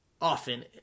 often